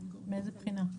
מאיזה בחינה?